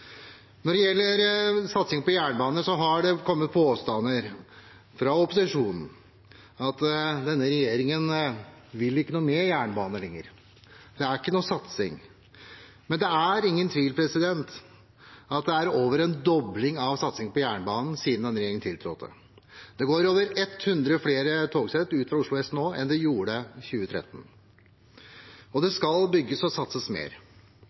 Når det gjelder satsing på jernbane, har det kommet påstander fra opposisjonen om at denne regjeringen ikke vil noe med jernbane lenger, det er ikke noen satsing. Men det er ingen tvil om at det er over en dobling av satsingen på jernbanen siden denne regjeringen tiltrådte. Det går over 100 flere togsett ut fra Oslo S nå enn det gjorde i 2013, og det skal bygges og satses mer.